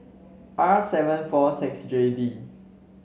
R seven four six J D